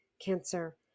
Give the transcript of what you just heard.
cancer